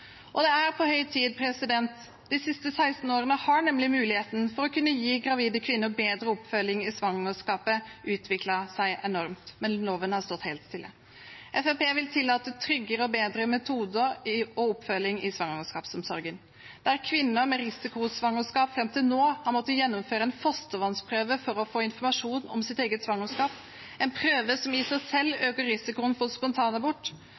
Det er på høy tid – de siste 16 årene har nemlig muligheten til å kunne gi gravide kvinner bedre oppfølging i svangerskapet utviklet seg enormt, men loven har stått helt stille. Fremskrittspartiet vil tillate tryggere og bedre metoder og oppfølging i svangerskapsomsorgen. Der kvinner med risikosvangerskap fram til nå har måttet gjennomføre en fostervannsprøve for å få informasjon om sitt eget svangerskap, en prøve som i seg selv øker risikoen for spontanabort,